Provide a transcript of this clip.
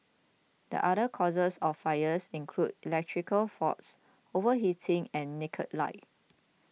the other causes of fires include electrical faults overheating and naked light